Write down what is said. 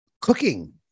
cooking